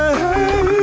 hey